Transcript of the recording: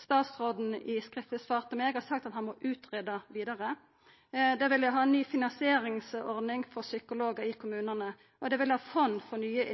statsråden i skriftleg svar til meg har sagt at han må greia ut vidare – dei ville ha ny finansieringsordning for psykologar i kommunane, og dei ville ha fond for nye,